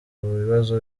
bibazo